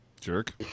Jerk